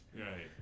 right